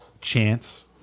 chance